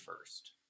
first